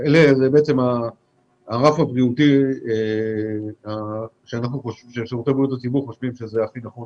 זה הרף הבריאותי ששירותי בריאות הציבור חושבים שהכי נכון